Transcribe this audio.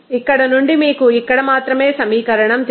ఇక్కడ నుండి మీకు ఇక్కడ మాత్రమే సమీకరణం తెలుసు